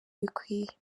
bikwiye